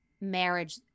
marriage